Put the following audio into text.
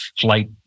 flight